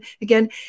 Again